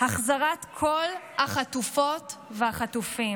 החזרת כל החטופות והחטופים.